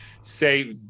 say